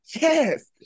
Yes